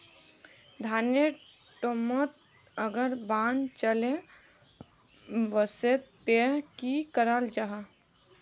धानेर टैमोत अगर बान चले वसे ते की कराल जहा?